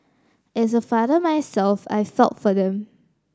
as a father myself I felt for them